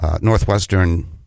northwestern